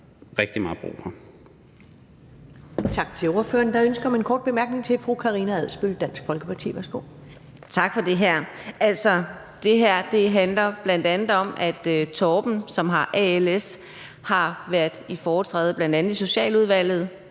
rigtig meget brug for.